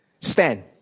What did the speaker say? Stand